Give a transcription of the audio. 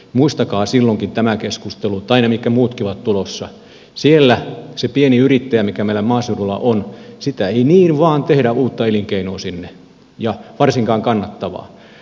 muistakaa silloinkin tämä keskustelu tai ne mitkä muutkin ovat tulossa koska sitä ei niin vain tehdä uutta elinkeinoa sinne eikä varsinkaan kannattavaa sille pienelle yrittäjälle mikä meillä maaseudulla on